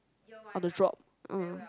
or the drop